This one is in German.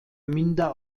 minder